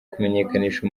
kumenyekanisha